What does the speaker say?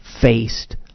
faced